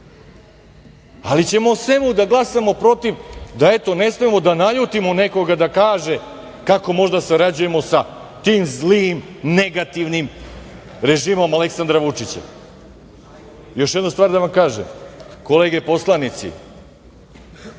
mi ćemo o svemu da glasamo protiv da, eto, ne smemo da naljutimo nekoga i da kaže kako možda sarađujemo sa tim zlim, negativnim režimom Aleksandra Vučića! Još jednu stvar da vam kažem, kolege poslanici.